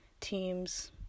teams